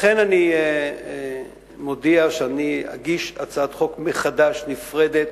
לכן אני מודיע שאני אגיש הצעת חוק מחדש, נפרדת.